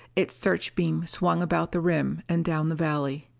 its searchbeam swung about the rim and down the valley.